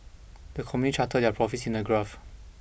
the company charted their profits in a graph